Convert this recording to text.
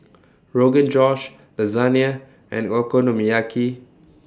Rogan Josh Lasagne and Okonomiyaki